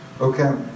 Okay